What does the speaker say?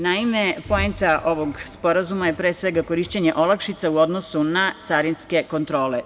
Naime, poenta ovog sporazuma je korišćenje olakšica u odnosu na carinske kontrole.